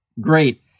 great